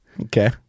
Okay